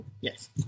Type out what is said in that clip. Yes